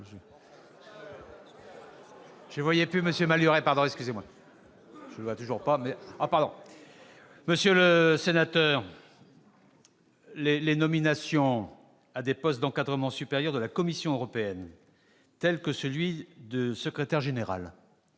sénateur Claude Malhuret, les nominations à des postes d'encadrement supérieur de la Commission européenne, tels que celui de secrétaire général,